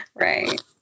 Right